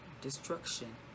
destruction